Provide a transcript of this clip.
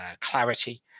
clarity